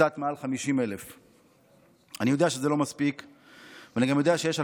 קצת מעל 50,000. אני יודע שזה לא מספיק,